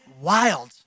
wild